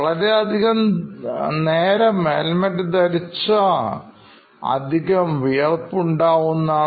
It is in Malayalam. വളരെ അധികം നേരം ഹെൽമറ്റ് ധരിച്ചാൽ അധികം വിയർപ്പ്ഉണ്ടാവുന്നതാണ്